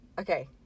okay